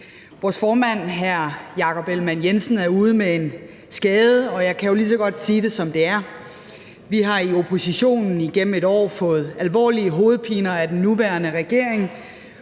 Vores formand, hr. Jakob Ellemann-Jensen, er ude med en skade, og jeg kan jo lige så godt sige det, som det er: Vi har i oppositionen igennem et år fået alvorlige hovedpiner af den nuværende regering,